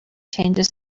changes